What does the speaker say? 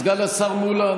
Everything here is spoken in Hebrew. סגן השר פטין מולא,